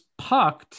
Pucked